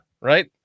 right